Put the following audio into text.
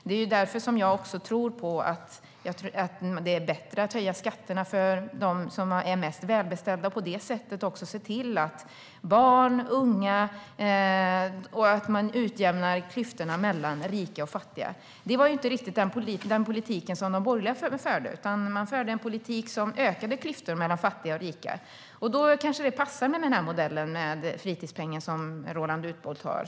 Det är också därför jag tror på att det är bättre att höja skatterna för dem som är mest välbeställda och på det sättet också se till att värna barn och unga och att utjämna klyftorna mellan rika och fattiga. Det var inte riktigt den politiken de borgerliga förde, utan de förde en politik som ökade klyftor mellan fattiga och rika. Då kanske det passar med den modell med fritidspeng som Roland Utbult har.